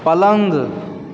पलङ्ग